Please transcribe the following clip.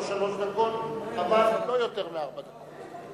לא שלוש דקות, אבל לא יותר מארבע דקות.